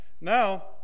Now